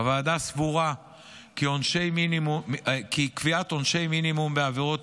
הוועדה סבורה כי קביעת עונשי מינימום בעבירות